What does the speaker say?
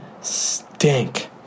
stink